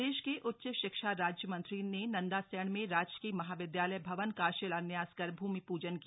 प्रदेश के उच्च शिक्षा राज्यमंत्री ने नंदासैंण में राजकीय महाविदयालय भवन का शिलान्यास कर भूमि पूजन किया